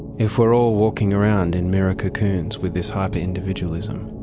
if we're all walking around in mirror cocoons with this hyper-individualism?